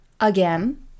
again